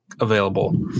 available